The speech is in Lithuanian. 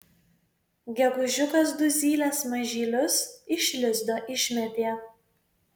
gegužiukas du zylės mažylius iš lizdo išmetė